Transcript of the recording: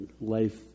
life